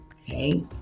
okay